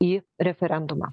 į referendumą